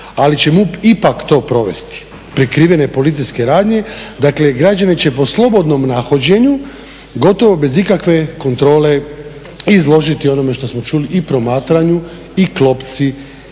ali će MUP ipak to provesti, prikrivene policijske radnje, dakle građani će po slobodnom nahođenju gotovo bez ikakve kontrole izložiti onome što smo čuli i promatranju i klopci, zasjedi,